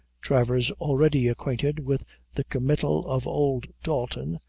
travers, already acquainted with the committal of old dalton,